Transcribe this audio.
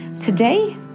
Today